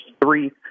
Three